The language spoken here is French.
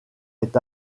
est